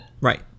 Right